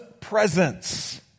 presence